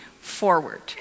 forward